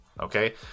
Okay